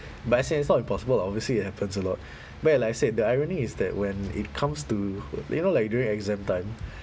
but I say it's not impossible lah obviously it happens a lot where like I said the irony is that when it comes to you know like during exam time